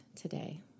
today